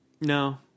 No